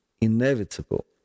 inevitable